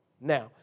Now